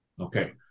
Okay